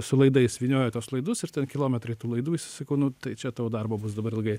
su laidais vynioja tuos laidus ir kilometrai tų laidų sakau nu tai čia tau darbo bus dabar ilgai